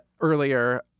earlier